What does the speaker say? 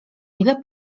ile